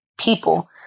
people